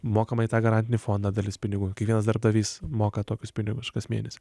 mokama į tą garantinį fondą dalis pinigų kiekvienas darbdavys moka tokius pinigus kas mėnesį